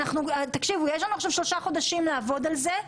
יש לנו עכשיו שלושה חודשים לעבוד על זה.